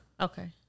Okay